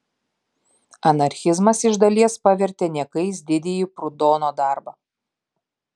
anarchizmas iš dalies pavertė niekais didįjį prudono darbą